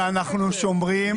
ואנחנו שומרים.